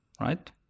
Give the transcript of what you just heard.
right